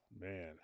man